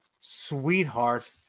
sweetheart